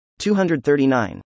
239